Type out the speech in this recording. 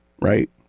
right